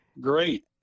Great